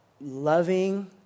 loving